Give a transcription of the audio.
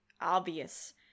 obvious